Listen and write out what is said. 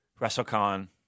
WrestleCon